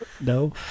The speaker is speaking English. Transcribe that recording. No